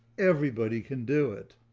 everybody can do it.